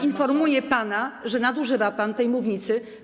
Informuję pana, że nadużywa pan tej mównicy.